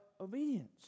obedience